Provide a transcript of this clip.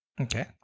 Okay